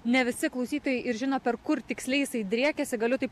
ne visi klausytojai ir žino per kur tiksliai jisai driekiasi galiu taip